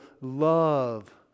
love